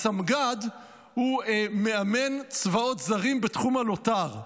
הסמג"ד הוא מאמן צבאות זרים בתחום הלוט"ר,